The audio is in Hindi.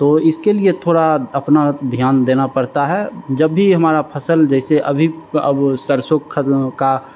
तो इसके लिए थोड़ा अपना ध्यान देना पड़ता है जब भी हमारा फसल जैसे अभी अब सरसों ख का